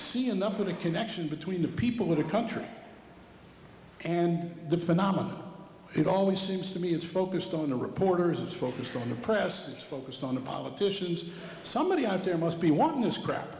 see enough of a connection between the people of the country and the phenomenon it always seems to me is focused on the reporters it's focused on the press is focused on the politicians somebody out there must be watching this crap